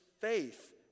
faith